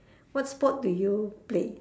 what sport do you play